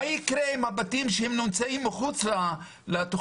מה יקרה עם הבתים שנמצאים מחוץ לתכנית?